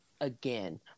Again